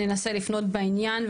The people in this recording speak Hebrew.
ננסה לפנות בעניין,